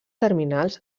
terminals